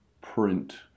print